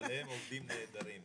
אבל הם עובדים נהדרים.